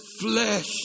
flesh